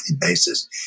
basis